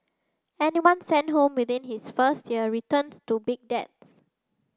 anyone sent home within his first year returns to big debts